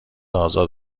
ازاد